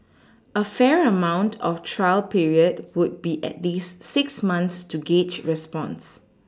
a fair amount of trial period would be at least six months to gauge response